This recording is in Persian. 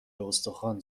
استخوان